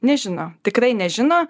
nežino tikrai nežino